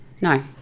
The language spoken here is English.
no